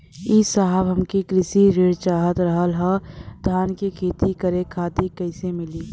ए साहब हमके कृषि ऋण चाहत रहल ह धान क खेती करे खातिर कईसे मीली?